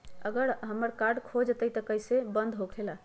अगर हमर कार्ड खो जाई त इ कईसे बंद होकेला?